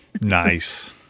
Nice